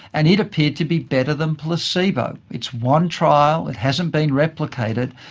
and it appeared to be better than placebo. it's one trial, it hasn't been replicated,